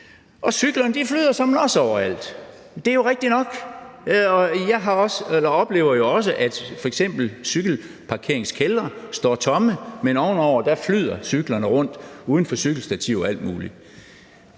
Og cyklerne flyder såmænd også overalt – det er jo rigtigt nok. Jeg oplever jo også, at f.eks. cykelparkeringskældre står tomme, mens cyklerne flyder rundt ovenover, uden for cykelstativer og alt muligt.